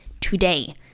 today